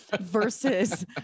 versus